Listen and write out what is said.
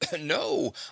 no